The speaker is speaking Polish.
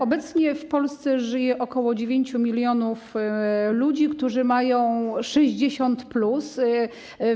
Obecnie w Polsce żyje ok. 9 mln ludzi, którzy mają 60+.